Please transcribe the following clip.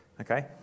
Okay